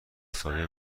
سایه